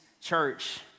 church